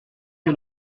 que